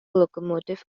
locomotive